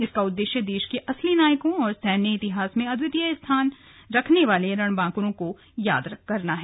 इसका उद्देश्य देश के असली नायकों और सैन्य इतिहास में अद्वितीय विजय के रणबांकुरों को याद करना है